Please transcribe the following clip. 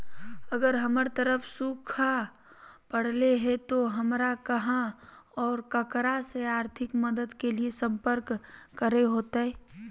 अगर हमर तरफ सुखा परले है तो, हमरा कहा और ककरा से आर्थिक मदद के लिए सम्पर्क करे होतय?